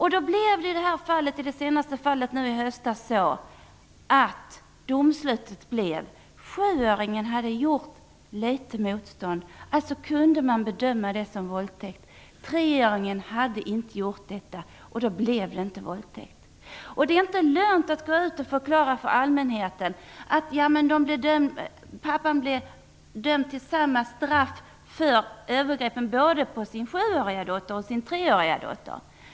I det här fallet i höstas blev domslutet att sjuåringen hade gjort litet motstånd och man kunde bedöma det som våldtäkt. Treåringen hade inte gjort detta, och då bedömdes det inte som våldtäkt. Det är inte lönt att gå ut och förklara för allmänheten att pappan blir dömd till samma straff för övergreppen både på sin sjuåriga dotter och sin treåriga dotter.